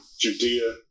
Judea